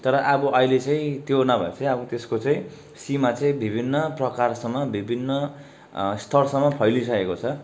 तर अब अहिले चाहिँ त्यो नभएर चाहिँ अब त्यसको चाहिँ सीमा चाहिँ विभिन्न प्रकारसँग विभिन्न स्तरसम्म फैलिइसकेको छ